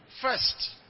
First